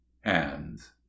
hands